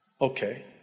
Okay